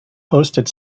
hosted